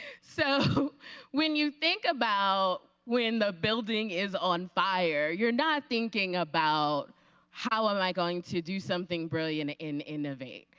so when you think about when the building is on fire, you are not thinking about how am i going to do something brilliant in innovate.